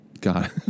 God